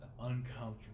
uncomfortable